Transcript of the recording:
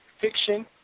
fiction